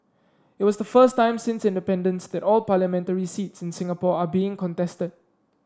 it was the first time since independence that all parliamentary seats in Singapore are being contested